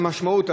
המשמעות,